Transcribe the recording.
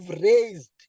raised